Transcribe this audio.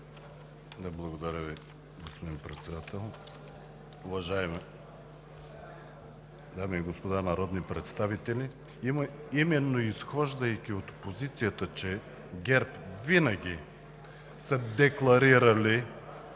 Благодаря Ви, господин Председател. Уважаеми дами и господа народни представители, именно изхождайки от позицията, че ГЕРБ винаги са декларирали,